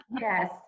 Yes